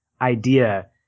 idea